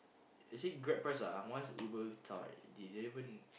you see Grab price ah once Uber zao right they didn't even